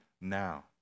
now